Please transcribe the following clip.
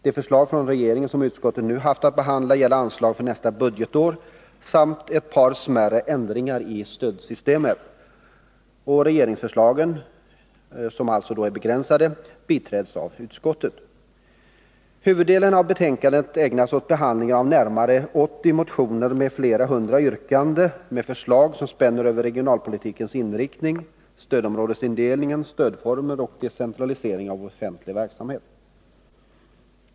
De förslag från regeringen som utskottet nu haft att behandla gäller anslagen för nästa budgetår samt ett par smärre ändringar i stödsystemet. Regeringsförslagen — som alltså är begränsade — biträds av utskottet. Huvuddelen av betänkandet ägnas åt behandlingen av närmare 80 motioner med flera hundra yrkanden och förslag som spänner över regionalpolitikens inriktning, stödområdesindelning, stödformer och decentralisering av offentlig verksamhet.